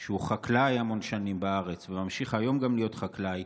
שהוא חקלאי המון שנים בארץ וממשיך גם היום להיות חקלאי,